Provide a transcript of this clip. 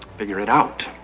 figure it out.